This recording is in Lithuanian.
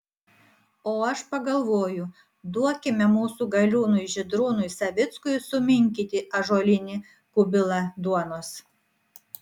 o aš pagalvoju duokime mūsų galiūnui žydrūnui savickui suminkyti ąžuolinį kubilą duonos